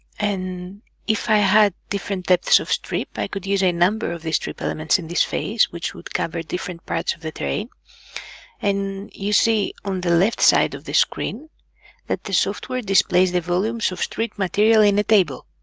and if i had different depths of strip i could use a number of the strip elements in this phase which would cover different parts of the terrain and you see on the left side of the screen that the software displays the volumes of stripped material in a table